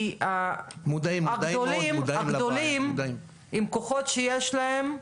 כי הגדולים, עם הכוחות שיש להם,